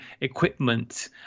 equipment